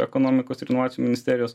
ekonomikos ir inovacijų ministerijos